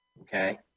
okay